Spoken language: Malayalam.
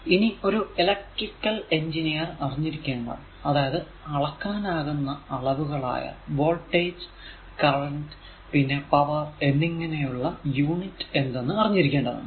ഇനി ഒരു ഇലെക്ട്രിക്കൽ എഞ്ചിനീയർ അറിഞ്ഞിരിക്കേണ്ട അതായതു അളക്കാനാകുന്ന അളവുകളായ വോൾടേജ് കറന്റ് പിന്നെ പവർ എന്നിങ്ങനെയുള്ളവയുടെ യൂണിറ്റ് എന്തെന്ന് അറിഞ്ഞിരിക്കേണ്ടതാണ്